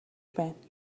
байна